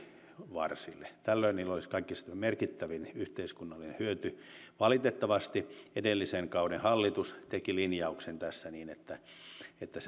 varsille tällöin niistä saataisiin kaikista merkittävin yhteiskunnallinen hyöty valitettavasti edellisen kauden hallitus teki linjauksen tässä niin että että